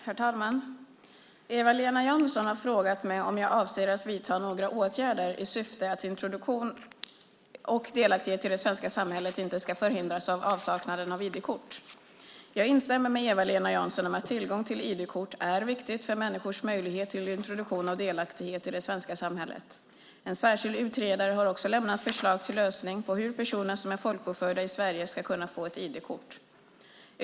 Herr talman! Eva-Lena Jansson har frågat mig om jag avser att vidta några åtgärder i syfte att introduktion och delaktighet i det svenska samhället inte ska förhindras av avsaknaden av ID-kort. Jag instämmer med Eva-Lena Jansson om att tillgång till ID-kort är viktigt för människors möjlighet till introduktion och delaktighet i det svenska samhället. En särskild utredare har också lämnat förslag till lösning på hur personer som är folkbokförda i Sverige ska kunna få ett ID-kort .